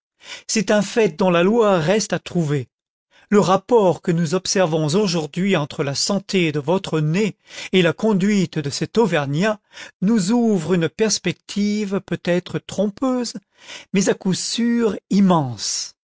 c'est un tait dont la loi reste à trouver le rapport que nous observons aujourd'hui entre la santé de votre nez et la conduite de cet auvergnat nous ouvre une perspective peut-être trompeuse mais à coup sûr immense